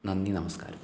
നന്ദി നമസ്ക്കാരം